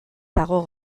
dago